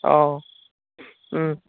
অঁ